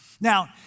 Now